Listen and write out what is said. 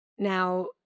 Now